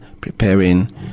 Preparing